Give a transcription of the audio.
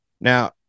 Now